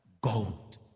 gold